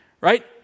right